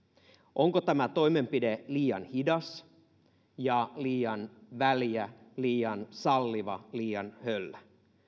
onko tämä toimenpide liian hidas ja liian väljä liian salliva liian höllä